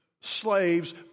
slaves